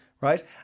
right